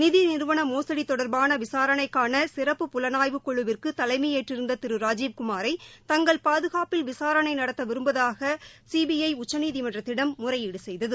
நிறுவன மோசுடி தொடர்பான விசாரணைக்கான சிறப்பு புலனாய்வு குழுவிற்கு நிதி தலைமையேற்றிருந்த திரு ராஜீவ் குமாரை தங்கள் பாதுகாப்பில் விசாரணை நடத்த விரும்புவதாக சிபிஐ உச்சநீதிமன்றத்திடம் முறையீடு செய்தது